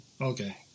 Okay